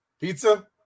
Pizza